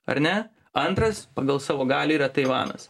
ar ne antras pagal savo galią yra taivanas